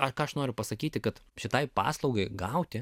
ką aš noriu pasakyti kad šitai paslaugai gauti